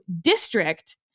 district